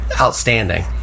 outstanding